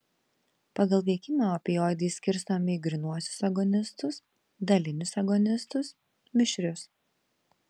pagal veikimą opioidai skirstomi į grynuosius agonistus dalinius agonistus mišrius